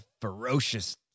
ferocious